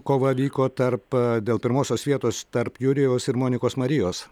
kova vyko tarp dėl pirmosios vietos tarp jurijaus ir monikos marijos